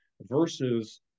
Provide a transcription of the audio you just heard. versus